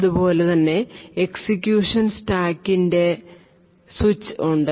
അതുപോലെ തന്നെ എക്സിക്യൂഷൻ സ്റ്റാക്കിന്റെ സ്വിച്ച് ഉണ്ട്